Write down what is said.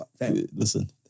listen